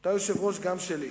אתה יושב-ראש גם שלי.